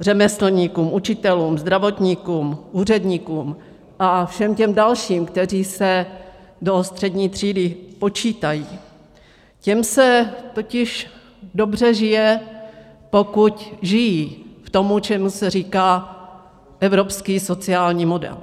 řemeslníkům, učitelům, zdravotníkům, úředníkům a všem těm dalším, kteří se do střední třídy počítají, těm se totiž dobře žije, pokud žijí v tom, čemu se říká evropský sociální model.